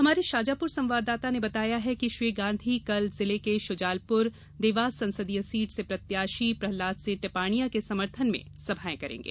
हमारे शाजापुर संवाददाता ने बताया है कि श्री गांधी कल जिले के शुजालपुर देवास संसदीय सीट से प्रत्याशी प्रहलाद सिंह टिपानिया के समर्थन में सभायें करेंगे